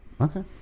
Okay